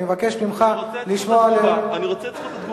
אני רוצה את זכות התגובה.